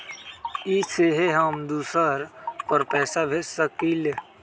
इ सेऐ हम दुसर पर पैसा भेज सकील?